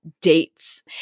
dates